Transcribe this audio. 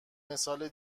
مثال